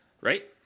right